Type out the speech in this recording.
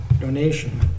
donation